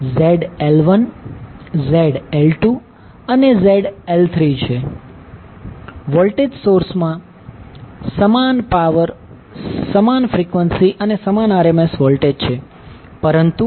તેથી load ZL1 ZL2 અને ZL3છે વોલ્ટેજ સોર્સ માં સમાન ફ્રીક્વન્સી અને સમાન RMS વોલ્ટેજ છે પરંતુ ફેઝના મૂલ્યો જુદા છે